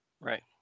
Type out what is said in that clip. Right